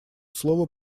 слово